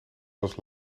was